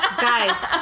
guys